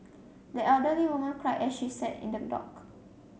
the elderly woman cried as she sat in the dock